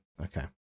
Okay